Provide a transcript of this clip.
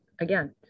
again